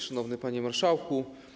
Szanowny Panie Marszałku!